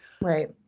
Right